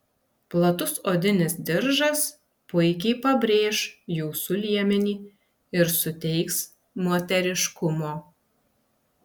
platus odinis diržas puikiai pabrėš jūsų liemenį ir suteiks moteriškumo